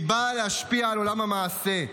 היא באה להשפיע על עולם המעשה,